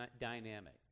dynamic